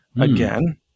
again